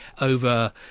over